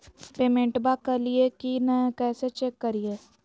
पेमेंटबा कलिए की नय, कैसे चेक करिए?